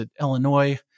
Illinois